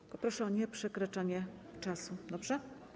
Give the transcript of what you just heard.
Tylko proszę o nieprzekraczanie czasu, dobrze?